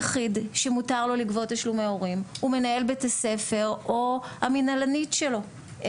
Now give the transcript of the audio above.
שמותר לו לגבות תשלומי הורים הוא מנהל בית הספר או המנהלנית שלו,